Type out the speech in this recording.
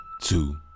two